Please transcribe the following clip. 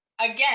again